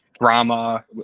drama